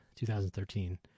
2013